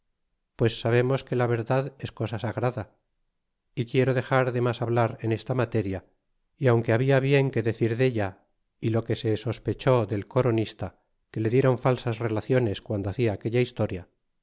pues sabemos que la verdad es cosa sagrada y quiero dexar de mas hablar en esta materia y aunque había bien que decir della y lo que se sospechó del coronista que le dieron falsas relaciones guando hacia aquella historia